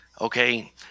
Okay